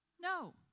No